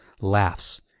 laughs